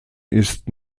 ist